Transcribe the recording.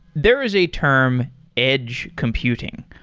there is a term edge computing.